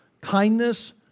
kindness